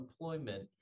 employment